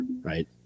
right